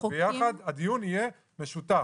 הדיון יהיה משותף.